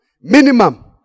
minimum